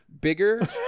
Bigger